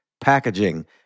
packaging